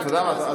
למה לטנף?